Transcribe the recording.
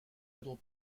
little